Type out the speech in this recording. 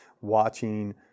watching